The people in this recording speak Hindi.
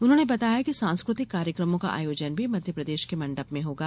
उन्होंने बताया कि सांस्क्रतिक कार्यक्रमों का आयोजन भी मध्यप्रदेश के मण्डप में होगा